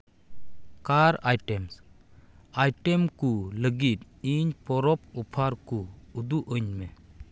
ᱠᱟᱨ items item ᱠᱚ ᱞᱟᱹᱜᱤᱫ ᱤᱧ ᱯᱚᱨᱚᱵᱽ ᱚᱯᱷᱟᱨ ᱠᱚ ᱩᱫᱩᱜ ᱟᱹᱧ ᱢᱮ